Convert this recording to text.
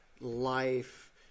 life